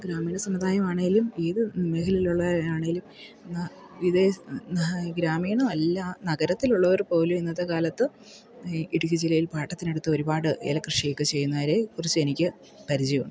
ഗ്രാമീണ സമുദായമാണെങ്കിലും ഏത് മേഖലയിലുള്ള ആണെങ്കിലും ഗ്രാമീണ അല്ല നഗരത്തിലുള്ളവർ പോലും ഇന്നത്തെ കാലത്ത് ഈ ഇടുക്കി ജില്ലയിൽ പാട്ടത്തിനെടുത്ത് ഒരുപാട് ഏല കൃഷിയൊക്കെ ചെയ്യുന്നവരെ കുറിച്ച് എനിക്ക് പരിചയം ഉണ്ട്